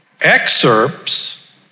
Excerpts